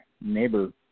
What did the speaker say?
neighbor